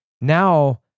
now